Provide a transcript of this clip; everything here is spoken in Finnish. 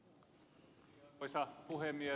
arvoisa puhemies